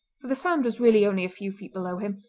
for the sand was really only a few feet below him,